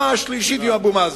בפגישה השלישית עם אבו מאזן?